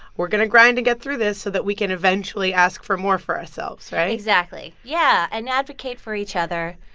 we're going to grind and get through this so that we can eventually ask for more for ourselves, right? exactly, yeah, and advocate for each other.